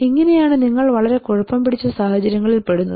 ഇങ്ങനെയാണ് നിങ്ങൾ വളരെ കുഴപ്പം പിടിച്ച സാഹചര്യങ്ങളിൽ പെടുന്നത്